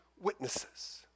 witnesses